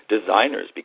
designers